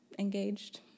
Engaged